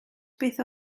beth